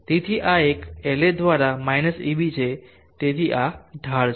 તેથી આ એક La દ્વારા eb છે તેથી આ ઢાળ છે